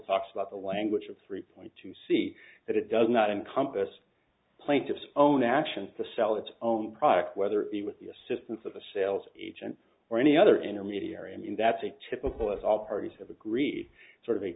talks about the language of three point two see that it does not encompass plaintiff's own action to sell its own product whether it with the assistance of a sales agent or any other intermediary and that's a typical if all parties have agreed sort of a